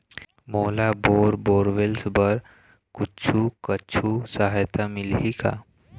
मोला bore borewells बर कुछू कछु सहायता मिलही का?